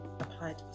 applied